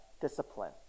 discipline